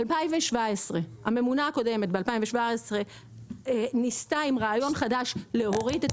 בשנת 2017 הממונה הקודמת ניסתה עם רעיון חדש להוריד את